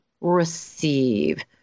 receive